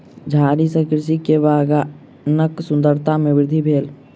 झाड़ी सॅ कृषक के बगानक सुंदरता में वृद्धि भेल